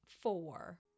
four